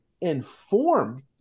inform